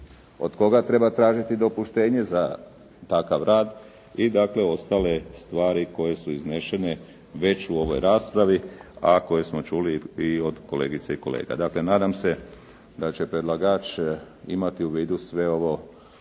od koga treba tražiti dopuštenje za takav rad. I dakle, ostale stvari koje su iznesene u ovoj raspravi, a koje smo čuli i od kolegica i kolega. Dakle, nadam se da će predlagač imati u vidu sve ovo